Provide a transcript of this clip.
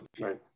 Right